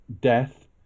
death